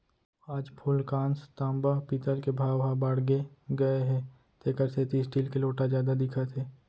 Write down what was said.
आज फूलकांस, तांबा, पीतल के भाव ह बाड़गे गए हे तेकर सेती स्टील के लोटा जादा दिखत हे